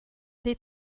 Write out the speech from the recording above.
dei